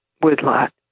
woodlot